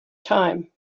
time